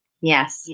Yes